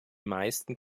meist